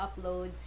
uploads